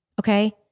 okay